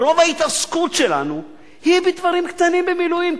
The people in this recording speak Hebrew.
רוב ההתעסקות שלנו היא בדברים קטנים במילואים,